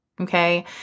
Okay